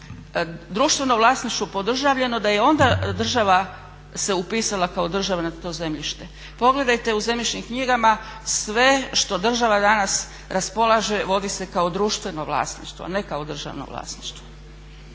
društveno vlasništvo podržavljeno da je onda država se upisala kao država na to zemljište. Pogledajte u zemljišnim knjigama sve što država danas raspolaže vodi se kao društveno vlasništvo, a ne kao državno vlasništvo.